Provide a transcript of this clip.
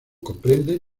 comprende